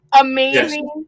amazing